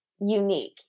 unique